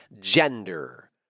gender